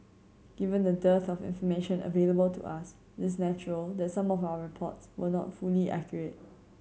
given the dearth of information available to us it's natural that some of our reports were not fully accurate